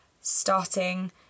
starting